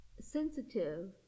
sensitive